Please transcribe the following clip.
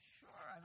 sure